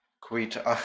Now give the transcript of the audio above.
quit